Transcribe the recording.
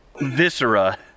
viscera